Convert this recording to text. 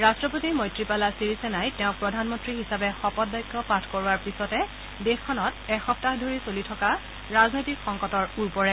ৰাট্টপতি মৈত্ৰীপালা ছিৰিছেনাই তেওঁক প্ৰধানমন্ত্ৰী হিচাপে শপত বাক্য পাঠ কৰোৱাৰ পিছতে দেশখনত এসপ্তাহ ধৰি চলি থকা ৰাজনৈতিক সংকটৰ ওৰ পৰে